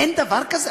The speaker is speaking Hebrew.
אין דבר כזה?